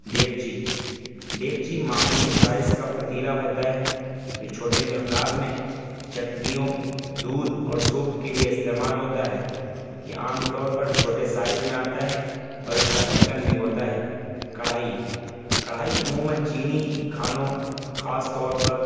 ڈیگچی ڈیگچی معمولی سائز کا پتیلا ہوتا ہے جو چھوٹے مقدار میں چٹنیوں دودھ اور سوپ کے لیے استعمال ہوتا ہے یہ عام طور پر چھوٹے سائز میں آتا ہے اور اس کا ڈھکن بھی ہوتا ہے کڑھائی کڑھائی عموماً چینی کھانوں خاص طور پر